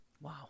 Wow